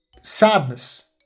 Sadness